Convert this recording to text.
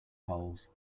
polls